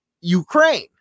Ukraine